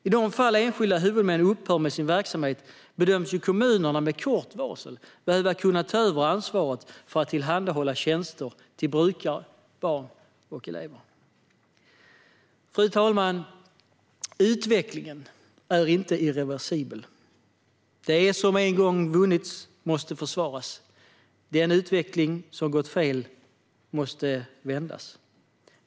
I de fall enskilda huvudmän upphör med sin verksamhet bedöms kommunerna med kort varsel behöva kunna ta över ansvaret för att tillhandahålla tjänster till brukare, barn och elever. Fru talman! Utvecklingen är inte irreversibel. Det som en gång vunnits måste försvaras. Den utveckling som gått fel måste vändas.